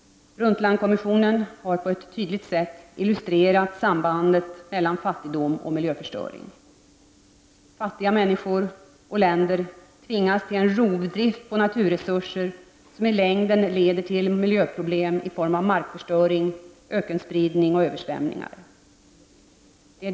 Brundtlandkommissionen har på ett tydligt sätt illustrerat sambandet mellan fattigdom och miljöförstöring. Fattiga människor och länder tvingas till en rovdrift på naturresurser som i längden leder till miljöproblem i form av markförstöring, ökenspridning och översvämningar.